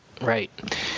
Right